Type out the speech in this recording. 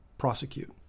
prosecute